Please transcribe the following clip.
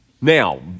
Now